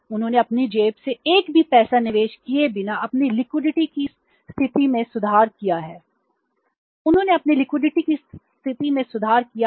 उन्होंने अपनी जेब से एक भी पैसा निवेश किए बिना अपनी लिक्विडिटी की स्थिति में सुधार किया है